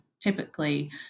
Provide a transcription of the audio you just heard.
typically